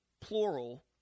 plural